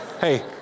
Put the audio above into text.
hey